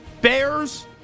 Bears